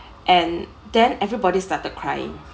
and then everybody started crying